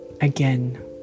again